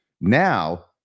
now